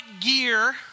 gear